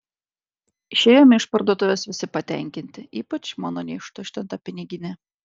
išėjome iš parduotuvės visi patenkinti ypač mano neištuštinta piniginė